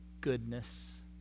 goodness